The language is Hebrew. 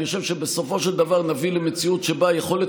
אני חושב שבסופו של דבר נביא למציאות שבה יכולת